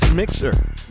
Mixer